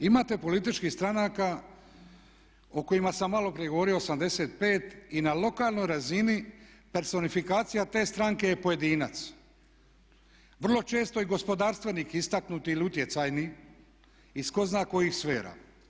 Imate političkih stranaka o kojima sam malo prije govorio 85 i na lokalnoj razini personifikacija te stranke je pojedinac, vrlo često i gospodarstvenik istaknuti ili utjecajni iz tko zna kojih sfera.